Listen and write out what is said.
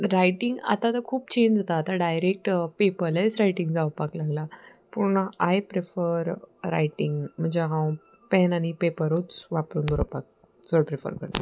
writing आतां आतां खूब चेंज जाता आतां डायरेक्ट पेपरलेच रायटींग जावपाक लागला पूण आय प्रिफर रायटींग म्हणजे हांव पॅन आनी पेपरूच वापरून दवरपाक चड प्रिफर करता